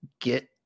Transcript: get